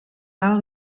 alt